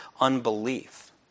unbelief